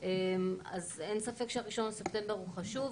אין ספק שה-1 לספטמבר הוא חשוב.